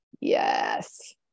yes